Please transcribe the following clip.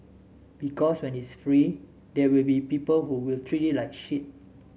because when it's free there will be people who will treat it like shit